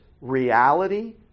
reality